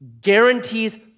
guarantees